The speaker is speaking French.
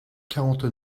quarante